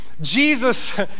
Jesus